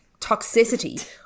toxicity